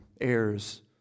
heirs